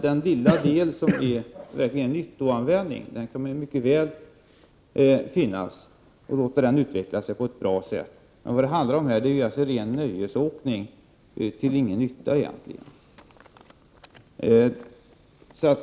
Den lilla del som verkligen är nyttoanvändning kan man mycket väl låta finnas och utvecklas på ett bra sätt. Vad det gäller är den rena nöjesåkningen, som egentligen inte är till någon nytta.